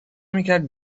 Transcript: میکرد